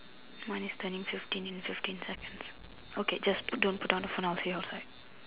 mine is turning fifteen in fifteen seconds okay just don't put down the phone I'll see you outside